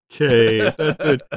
Okay